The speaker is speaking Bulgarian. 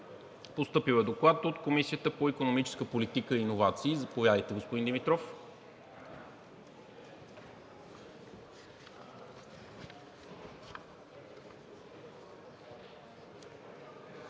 Постъпил е Доклад от Комисията по икономическа политика и иновации. Заповядайте, господин Димитров.